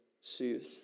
soothed